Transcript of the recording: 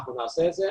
נעשה זאת.